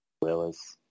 Willis